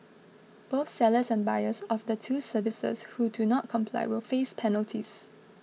both sellers and buyers of the two services who do not comply will face penalties